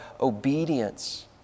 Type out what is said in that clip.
obedience